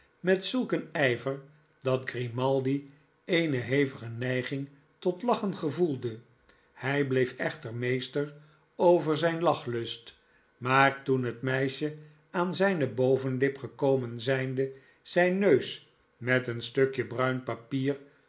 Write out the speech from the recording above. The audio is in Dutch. met zulk een ijver dat grimaldi eene hevige neiging tot lachen gevoelde hij bleef echter meester over zijn lachlust maar toen het meisje aan zijne bovenlip gekomen zijnde zijn neus met een stukje bruin papier